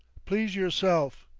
please yourself.